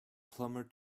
plumber